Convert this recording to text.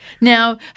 Now